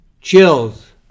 chills